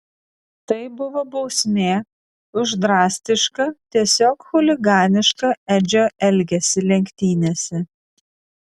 tai buvo bausmė už drastišką tiesiog chuliganišką edžio elgesį lenktynėse